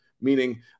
Meaning